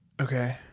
Okay